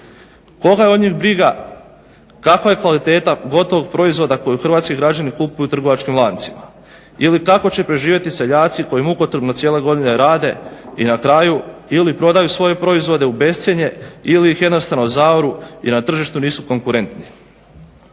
Koga je od njih briga kakva je kvaliteta gotovog proizvoda kojeg hrvatski građani kupuju u trgovačkim lancima ili kako će preživjeti seljaci koji mukotrpno cijele godine rade i na kraju ili prodaju svoje proizvode u bescjenje ili ih jednostavno zaoru i na tržištu nisu konkurentni.